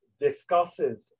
discusses